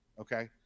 Okay